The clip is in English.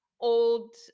old